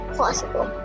possible